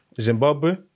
Zimbabwe